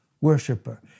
worshiper